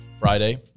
Friday